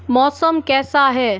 मौसम कैसा है